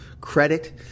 credit